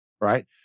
right